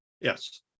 Yes